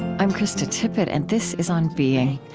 i'm krista tippett, and this is on being.